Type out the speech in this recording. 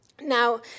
Now